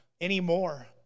anymore